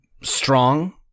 strong